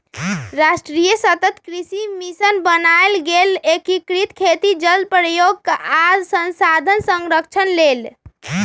राष्ट्रीय सतत कृषि मिशन बनाएल गेल एकीकृत खेती जल प्रयोग आ संसाधन संरक्षण लेल